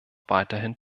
weiterhin